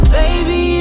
baby